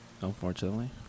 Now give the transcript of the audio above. Unfortunately